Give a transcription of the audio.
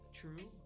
true